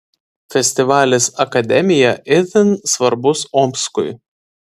festivalis akademija itin svarbus omskui